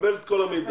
קבל את כל המידע,